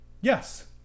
Yes